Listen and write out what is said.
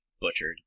butchered